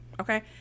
Okay